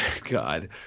God